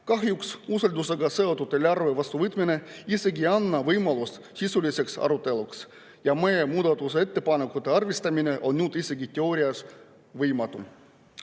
Kahjuks usaldusega seotult eelarve vastuvõtmine isegi ei anna võimalust sisuliseks aruteluks ja meie muudatusettepanekute arvestamine on nüüd isegi teoorias võimatu.